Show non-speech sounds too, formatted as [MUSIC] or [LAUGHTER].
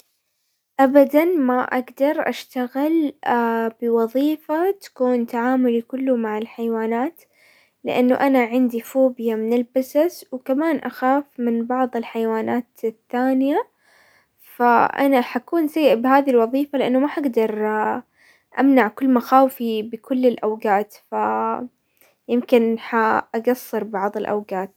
ابدا ما اقدر اشتغل [HESITATION] بوظيفة تكون تعاملي كله مع الحيوانات، لانه انا عندي فوبيا من البسس وكمان اخاف من بعض الحيوانات التانية، فانا حكون سيء بهذي الوظيفة لانه ما حقدر امنع كل مخاوفي بكل الاوقات، يمكن حاقصر بعض الاوقات.